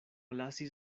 lasis